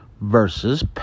versus